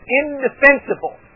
indefensible